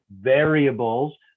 variables